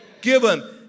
given